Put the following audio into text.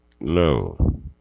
No